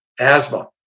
asthma